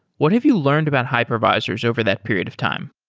what have you learned about hypervisors over that period of time?